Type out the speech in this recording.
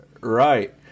Right